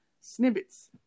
snippets